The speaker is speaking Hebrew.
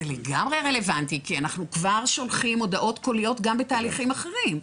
זה לגמרי רלוונטי כי אנחנו כבר שולחים הודעות קוליות גם בתהליכים אחרים.